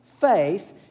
Faith